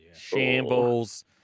shambles